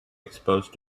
exposed